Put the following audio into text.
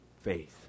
faith